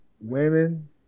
women